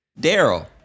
Daryl